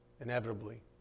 inevitably